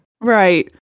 Right